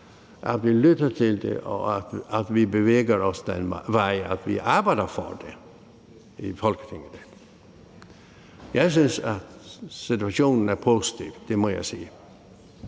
at vi lytter til det, og at vi bevæger os den vej og arbejder for det i Folketinget. Jeg synes, at situationen er positiv. Det må jeg sige.